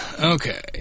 Okay